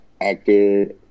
actor